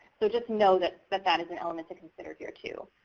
so just know that that that is an element to consider here too.